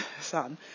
son